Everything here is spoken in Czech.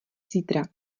zítra